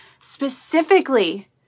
specifically